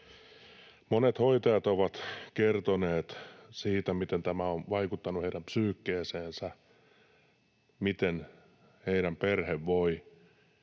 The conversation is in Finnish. Monet hoitajat ovat kertoneet, miten tämä on vaikuttanut heidän psyykeensä, miten heidän perheensä